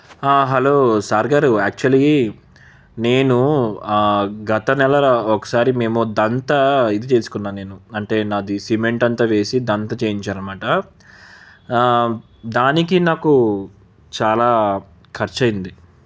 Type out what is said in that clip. hello sir గారు actually నేను గత నెలలో ఒకసారి మేము దంత ఇది చేసుకున్నా నేను అంటే నాది సిమెంట్ అంతా వేసి దంత చేయించాను అనమాట దానికి నాకు చాలా ఖర్చు అయ్యింది